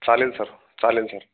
चालेल सर चालेल सर